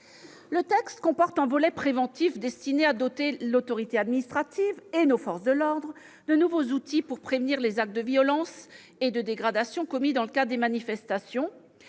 de loi comporte un volet préventif, destiné à doter l'autorité administrative et nos forces de l'ordre de nouveaux outils pour prévenir les actes de violence et de dégradations commis dans le cadre des manifestations,